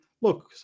look